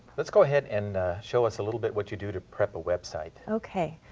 let's go ahead and show us a little bit what you do to prep a website. okay.